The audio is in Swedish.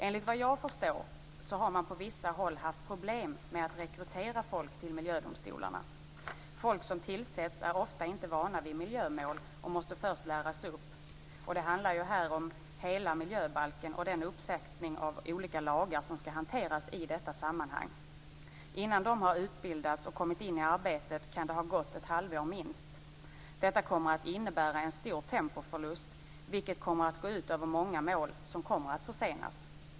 Såvitt jag förstår har man på vissa håll haft problem med att rekrytera folk till miljödomstolarna. Folk som tillsätts är ofta inte vana vid miljömål och måste först läras upp. Och det handlar ju här om hela miljöbalken med den uppsättning av olika lagar som skall hanteras i detta sammanhang. Innan de har utbildats och kommit in i arbetet kan det ha gått minst ett halvår. Detta kommer att innebära en stor tempoförlust, vilket kommer att gå ut över många mål som kommer att försenas.